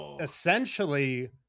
essentially